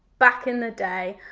back in the day,